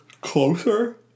closer